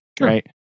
Right